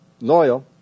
loyal